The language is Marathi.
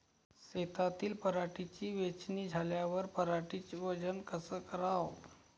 शेतातील पराटीची वेचनी झाल्यावर पराटीचं वजन कस कराव?